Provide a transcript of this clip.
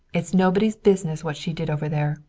it's nobody's business what she did over there.